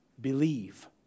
believe